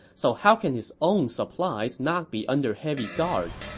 so how can his own supplies not be under heavy guard?